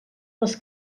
les